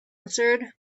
answered